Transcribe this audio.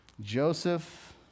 Joseph